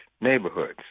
neighborhoods